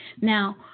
Now